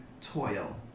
toil